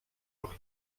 noch